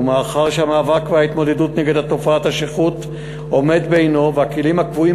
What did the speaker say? ומאחר שהמאבק וההתמודדות עם תופעת השכרות עומדים בעינם והכלים הקבועים